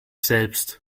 selbst